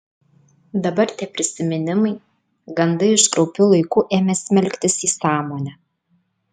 dabar tie prisiminimai gandai iš kraupių laikų ėmė smelktis į sąmonę